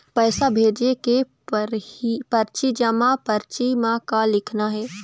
पैसा भेजे के परची जमा परची म का लिखना हे?